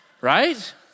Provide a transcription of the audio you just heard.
right